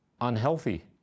unhealthy